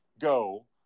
go